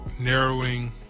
narrowing